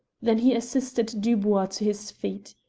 then he assisted dubois to his feet.